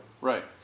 Right